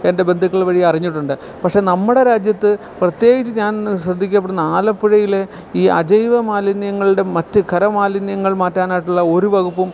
എൻ്റെ ബന്ധുക്കൾ വഴിയും അറിഞ്ഞിട്ടുണ്ട് പക്ഷെ നമ്മുടെ രാജ്യത്ത് പ്രത്യേകിച്ച് ഞാൻ ശ്രദ്ധിക്കപ്പെടുന്ന ആലപ്പുഴയില് ഈ അജൈവമാലിന്യങ്ങൾടെ മറ്റ് ഖര മാലിന്യങ്ങൾ മാറ്റാനായിട്ടുള്ള ഒരു വകുപ്പും